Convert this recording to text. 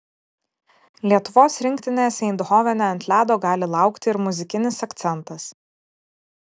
lietuvos rinktinės eindhovene ant ledo gali laukti ir muzikinis akcentas